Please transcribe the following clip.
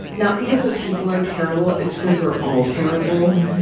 not because the people are terrible. it's because we're all terrible.